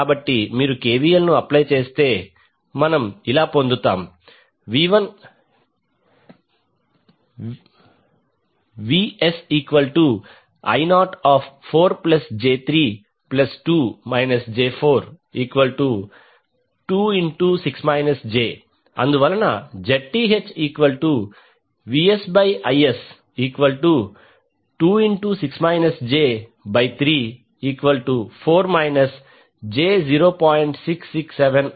కాబట్టి మీరు KVL ను అప్లై చేస్తే మనం పొందుతాం VsI04j32 j426 j అందువలన ZThVsIs26 j34 j0